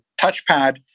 touchpad